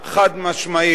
חד-משמעית,